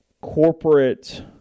corporate